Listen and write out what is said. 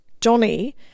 Johnny